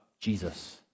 Jesus